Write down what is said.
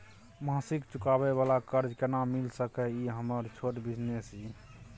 मासिक चुकाबै वाला कर्ज केना मिल सकै इ हमर छोट बिजनेस इ?